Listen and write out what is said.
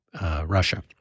Russia